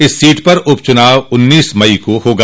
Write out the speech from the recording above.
इस सीट पर उप चुनाव उन्नीस मई को होगा